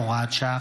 הוראת שעה,